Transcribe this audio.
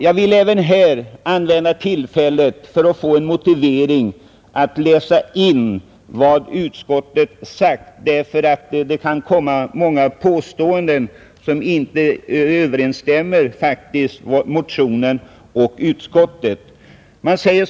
Jag vill även här begagna tillfället att få läsa in till protokollet vad utskottet har sagt, därför att det kan komma många påståenden som motsäger vad som står i motionen och utskottsbetänkandet.